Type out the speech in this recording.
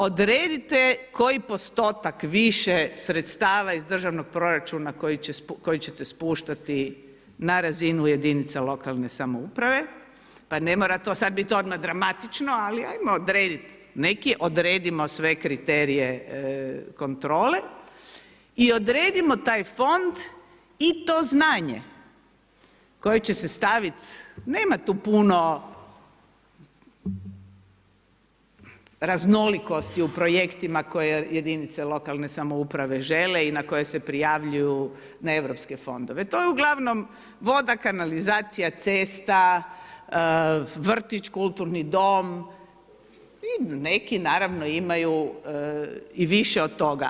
Odredite koji postotak više sredstava iz državnog proračuna koji ćete spuštati na razinu jedinica lokalne samouprave pa ne mora to sad bit odmah dramatično, ali ajmo odredit, neka odredimo sve kriterije kontrole i odredimo taj fond i to znanje koje će se stavit, nema tu puno raznolikosti u projektima koje jedinice lokalne samouprave žele i na koje se prijavljuju na Europske fondove, to je uglavnom voda, kanalizacija, cesta, vrtić, kulturni dom i neki naravno imaju i više od toga.